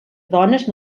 dones